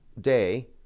day